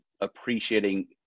appreciating